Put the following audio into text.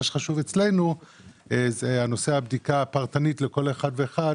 מה שחשוב אצלנו זה נושא הבדיקה הפרטנית לכול אחד ואחד